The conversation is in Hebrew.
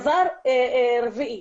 דבר רביעי,